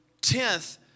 tenth